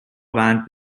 بند